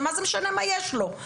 ומה זה משנה מה יש לו,